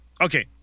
Okay